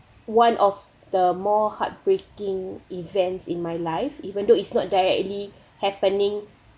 one of the more heartbreaking events in my life even though it's not directly happening